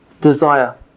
desire